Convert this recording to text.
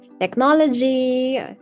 Technology